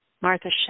Martha